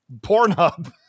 Pornhub